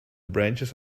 branches